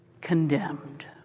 condemned